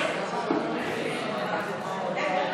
(תיקון),